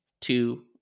two